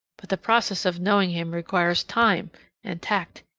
but the process of knowing him requires time and tact.